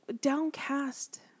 downcast